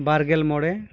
ᱵᱟᱨᱜᱮᱞ ᱢᱚᱬᱮ